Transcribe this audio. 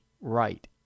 right